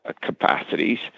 capacities